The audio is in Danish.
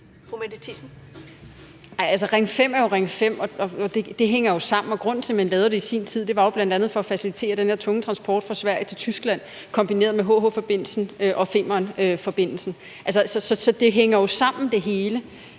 Nej, altså, Ring 5 er Ring 5, og det hænger jo sammen. Og grunden til, at man lavede det i sin tid, var bl.a. for at facilitere den der tunge transport fra Sverige til Tyskland kombineret med HH-forbindelsen og Femernforbindelsen. Så det hænger jo sammen det hele.